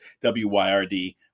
w-y-r-d